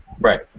Right